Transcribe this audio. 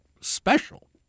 special